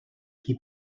qui